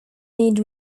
need